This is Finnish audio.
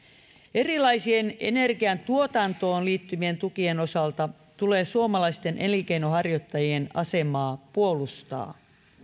erilaisten energiantuotantoon liittyvien tukien osalta tulee suomalaisten elinkeinonharjoittajien asemaa puolustaa